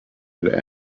had